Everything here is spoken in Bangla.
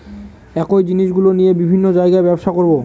একই জিনিসগুলো নিয়ে বিভিন্ন জায়গায় ব্যবসা করবো